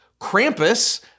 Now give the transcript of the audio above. Krampus